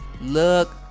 look